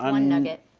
um one nugget.